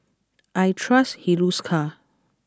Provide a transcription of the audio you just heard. I trust Hiruscar